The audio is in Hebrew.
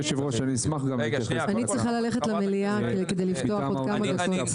אני צריכה ללכת למליאה, כדי לפתוח עוד כמה דקות.